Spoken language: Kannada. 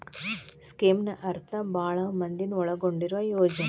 ಸ್ಕೇಮ್ನ ಅರ್ಥ ಭಾಳ್ ಮಂದಿನ ಒಳಗೊಂಡಿರುವ ಯೋಜನೆ